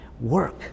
Work